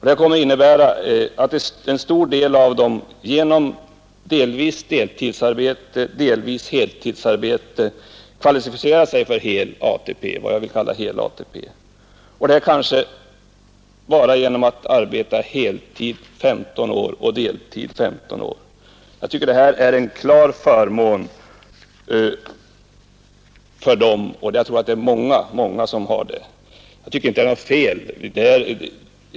Det kommer att innebära att en stor del av dem genom delvis deltidsarbete, delvis heltidsarbete kvalificerar sig för vad jag vill kalla för hel ATP, kanske genom att bara arbeta heltid 15 år och deltid 15 år. Jag tycker att det här är en klar förmån, och jag tror att det gäller många. Jag tycker inte heller att det är fel.